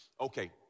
Okay